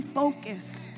focused